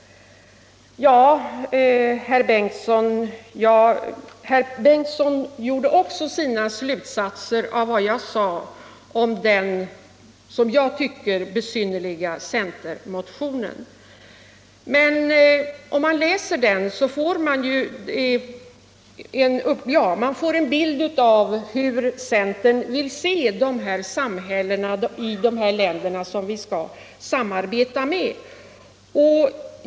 Herr Torsten Bengtson drog också sina slutsatser av vad jag sade om den som jag tycker besynnerliga centermotionen. Om man läser den får man en bild av hur centern vill att de samhällen, de länder skall se ut som vi skall samarbeta med.